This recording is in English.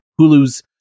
Hulu's